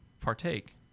partake